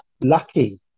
lucky